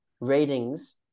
ratings